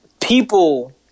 people